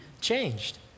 changed